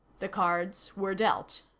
the cards were dealt.